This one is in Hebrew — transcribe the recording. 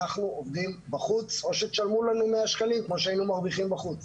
אנחנו עובדים בחוץ או שתשלמו לנו 100 שקלים כמו שהיינו מרוויחים בחוץ,